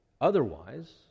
Otherwise